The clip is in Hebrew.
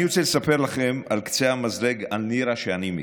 אני רוצה לספר לכם על קצה המזלג על נירה שאני מכיר: